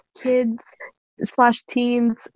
kids-slash-teens